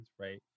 right